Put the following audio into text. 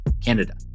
Canada